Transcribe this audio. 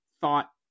thought